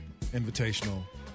Invitational